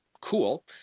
Cool